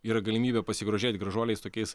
yra galimybė pasigrožėti gražuoliais tokiais